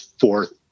fourth